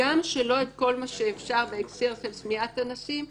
הגם שלא את כל מה שאפשר בהקשר של שמיעת אנשים,